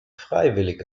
freiwillig